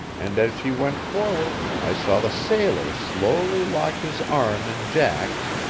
and as she went forward i saw the sailor slowly lock his arm in jack's,